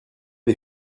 des